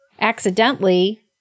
Accidentally